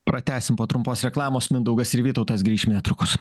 pratęsim po trumpos reklamos mindaugas ir vytautas grįšim netrukus